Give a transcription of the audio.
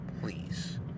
please